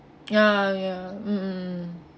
ya ya mm mm